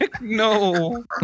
No